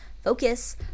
focus